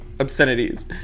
Obscenities